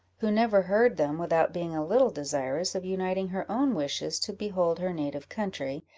who never heard them without being a little desirous of uniting her own wishes to behold her native country,